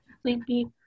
sleepy